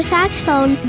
Saxophone